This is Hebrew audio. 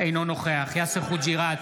אינו נוכח אסר חוג'יראת,